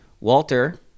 Walter